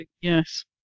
yes